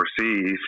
overseas